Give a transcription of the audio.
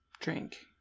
drink